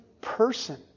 person